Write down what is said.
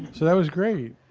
so that was great.